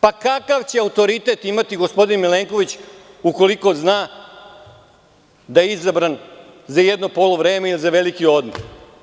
Pa kakav će autoritet imati gospodin Milenković ukoliko zna da je izabran za jedno poluvreme ili za veliki odmor?